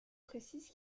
précise